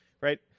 right